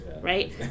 right